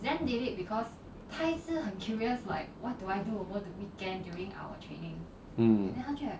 mm